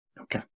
okay